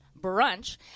brunch